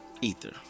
Ether